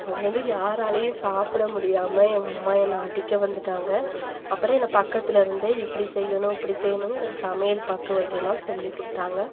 அது வந்து யாராலையும் சாப்பிட முடியாமல் எங்கள் அம்மா என்னை அடிக்க வந்துட்டாங்க அப்புறம் என்னை பக்கத்தில் இருந்தே இப்படி செய்யணும் இப்படி செய்யணும்னு எனக்கு சமையல் பக்குவத்தை எல்லாம் சொல்லிக்கொடுத்தாங்க